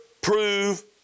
prove